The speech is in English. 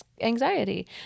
anxiety